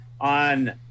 on